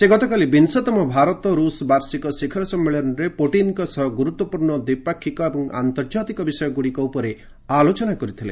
ସେ ଗତକାଲି ବିଂଶତମ ଭାରତ ରୁଷ ବାର୍ଷିକ ଶିଖର ସମ୍ମିଳନୀରେ ପୁଟିନଙ୍କ ସହ ଗୁରୁତ୍ୱପୂର୍ଣ୍ଣ ଦ୍ୱିପାକ୍ଷିକ ଏବଂ ଆନ୍ତର୍ଜାତିକ ବିଷୟଗୁଡ଼ିକ ଉପରେ ଆଲୋଚନା କରିଥିଲେ